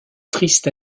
triste